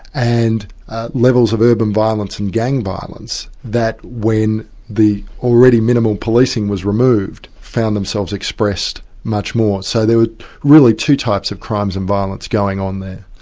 and levels of urban violence and gang violence that when the already minimal policing was removed, found themselves expressed much more. so there were really two types of crimes and violence going on there.